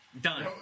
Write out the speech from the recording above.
Done